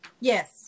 Yes